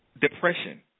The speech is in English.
depression